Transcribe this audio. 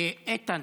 איתן,